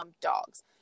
Dogs